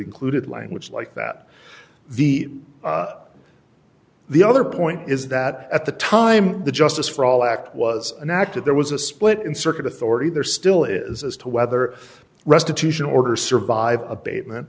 included language like that the the other point is that at the time the justice for all act was enacted there was a split in circuit authority there still is as to whether restitution order survived abatement